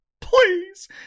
please